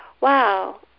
wow